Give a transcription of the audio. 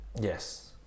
Yes